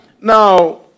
Now